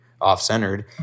off-centered